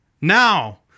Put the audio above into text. Now